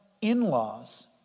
in-laws